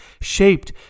shaped